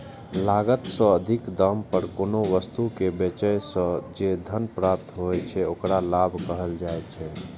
लागत सं अधिक दाम पर कोनो वस्तु कें बेचय सं जे धन प्राप्त होइ छै, ओकरा लाभ कहल जाइ छै